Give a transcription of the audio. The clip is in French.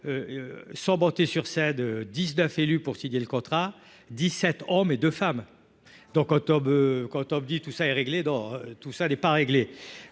sans monter sur scène 19 élus pour signer le contrat 17 hommes et de femmes donc octobre quand on dit tout ça est réglé dans tout ça n'est pas réglé